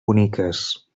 boniques